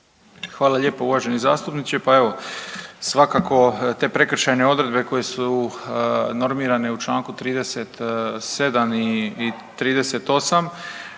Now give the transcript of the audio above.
Hvala lijepo uvaženi zastupniče. Pa evo, svakako te prekršajne odredbe koje su normirane u čl. 37. i 38.